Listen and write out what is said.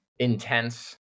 intense